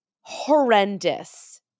horrendous